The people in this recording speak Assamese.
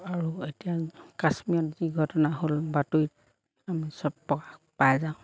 আৰু এতিয়া কাশ্মীৰত যি ঘটনা হ'ল বাতৰিত আমি চব প্ৰকাশ পাই যাওঁ